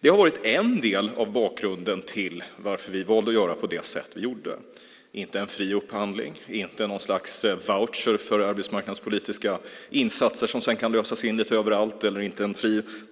Det har varit en del av bakgrunden till varför vi valde att göra på det sätt vi gjorde - inte en fri upphandling, inte något slags voucher för arbetsmarknadspolitiska insatser som sedan kan lösas in lite överallt och inte en